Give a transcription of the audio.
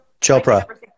Chopra